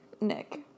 Nick